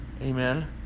amen